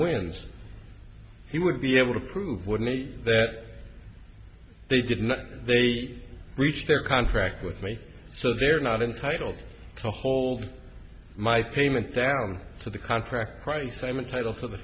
ways he would be able to prove with me that they did not they reached their contract with me so they're not entitled to hold my payment down to the contract price i'm a title for the